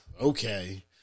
okay